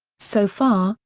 so far,